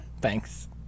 Thanks